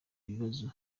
bibazo